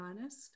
honest